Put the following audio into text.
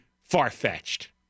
far-fetched